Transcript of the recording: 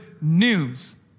news